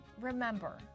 remember